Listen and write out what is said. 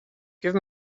give